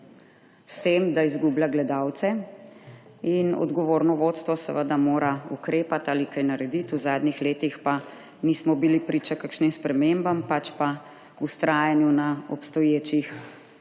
s trem, da izgublja gledalce in odgovorno vodstvo seveda mora ukrepati ali kaj narediti. V zadnjih letih pa nismo bili priča kakšnim spremembam, pač pa vztrajanju na obstoječih